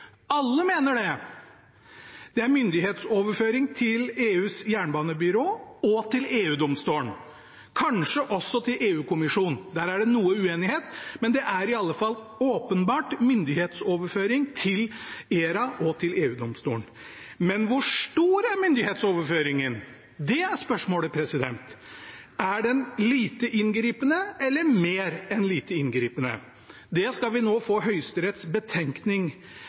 Alle mener det. Det er myndighetsoverføring til EUs jernbanebyrå og til EU-domstolen, kanskje også til EU-kommisjonen – der er det noe uenighet, men det er i alle fall åpenbart myndighetsoverføring til ERA og til EU-domstolen. Men hvor stor er myndighetsoverføringen? Det er spørsmålet. Er den «lite inngripende» eller mer enn «lite inngripende»? Det skal vi nå få Høyesteretts betenkning